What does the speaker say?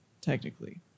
Technically